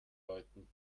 läuten